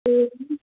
ए